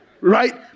Right